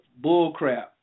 bullcrap